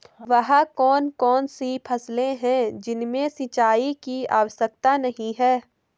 वह कौन कौन सी फसलें हैं जिनमें सिंचाई की आवश्यकता नहीं है?